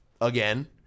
again